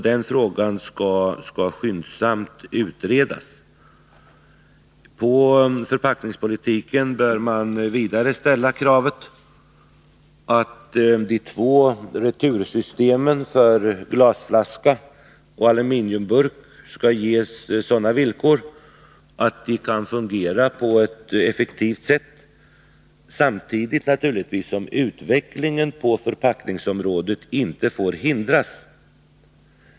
Den frågan skall skyndsamt utredas. På förpackningspolitiken bör man vidare ställa kravet att de två retursystemen för glasflaska och aluminiumburk skall ges sådana villkor att de kan fungera på ett effektivt sätt, samtidigt naturligtvis som utvecklingen på förpackningsområdet inte får hindras.